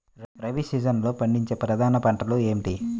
రబీ సీజన్లో పండించే ప్రధాన పంటలు ఏమిటీ?